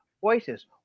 voices